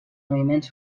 moviments